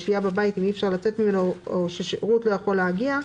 או שהייה בבית אם אי אפשר לצאת ממנו או ששירות לא יכול להגיע אליו,